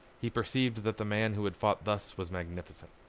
he perceived that the man who had fought thus was magnificent.